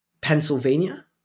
Pennsylvania